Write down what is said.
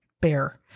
Bear